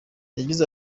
yagize